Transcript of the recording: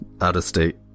out-of-state